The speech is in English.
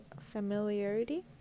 familiarity